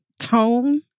tone